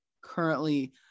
currently